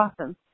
awesome